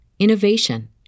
innovation